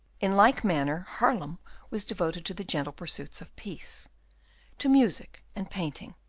in like manner haarlem was devoted to the gentle pursuits of peace to music and painting,